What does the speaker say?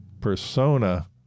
persona